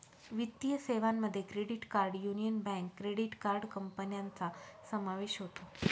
वित्तीय सेवांमध्ये credit card union bank credit card कंपन्यांचा समावेश होतो